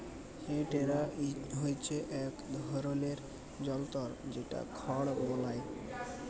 হে টেডার হচ্যে ইক ধরলের জলতর যেট খড় বলায়